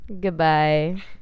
Goodbye